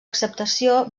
acceptació